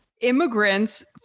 immigrants